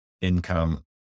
income